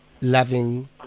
loving